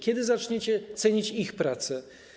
Kiedy zaczniecie cenić ich pracę?